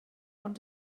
ond